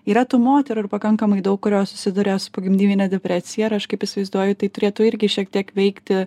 yra tų moterų ir pakankamai daug kurios susiduria su pogimdyvine depresija ir aš kaip įsivaizduoju tai turėtų irgi šiek tiek veikti